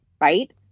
right